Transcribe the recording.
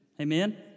Amen